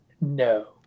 no